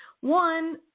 one